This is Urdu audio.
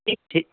ٹھیک ٹھیک